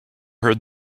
heard